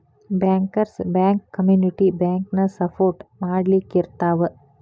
bankers bank community ಬ್ಯಾಂಕನ support ಮಾಡ್ಲಿಕ್ಕಿರ್ತಾವ